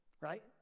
right